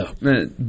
No